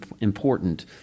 important